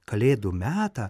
kalėdų metą